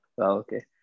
Okay